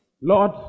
Lord